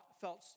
felt